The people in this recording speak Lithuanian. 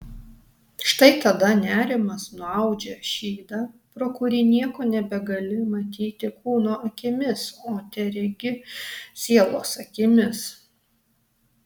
štai tada nerimas nuaudžia šydą pro kurį nieko nebegali matyti kūno akimis o teregi sielos akimis